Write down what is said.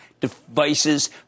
devices